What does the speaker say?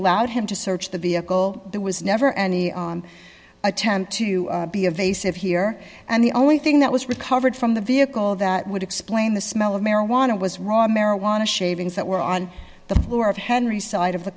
allowed him to search the vehicle there was never any on attempt to be evasive here and the only thing that was recovered from the vehicle that would explain the smell of marijuana was rob marijuana shavings that were on the floor of henry's side of the